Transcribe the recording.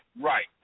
right